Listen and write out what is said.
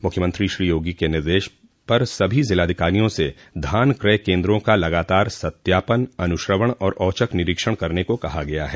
मुख्यमंत्री श्री योगी के निर्देश पर सभी जिलाधिकारियों से धान क्रय केन्द्रों का लगातार सत्यापन अन्श्रवण और औचक निरीक्षण करने को कहा गया है